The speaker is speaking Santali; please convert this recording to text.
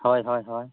ᱦᱚᱭ ᱦᱚᱭ ᱦᱚᱭ